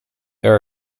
there